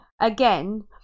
again